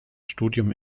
studium